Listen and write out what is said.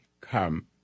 come